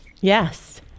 yes